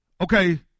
Okay